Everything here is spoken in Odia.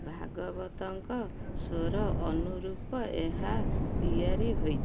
ଭାଗବତଙ୍କ ସ୍ୱର ଅନୁରୂପ ଏହା ତିଆରି ହୋଇଛି